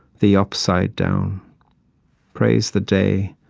the upside-down praise the day,